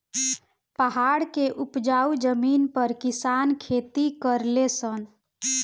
पहाड़ के उपजाऊ जमीन पर किसान खेती करले सन